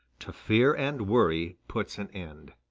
to fear and worry puts an end.